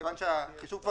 מכיוון שהחישוב כבר